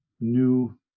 new